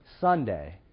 Sunday